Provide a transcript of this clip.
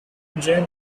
jane